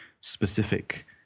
specific